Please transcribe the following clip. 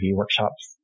workshops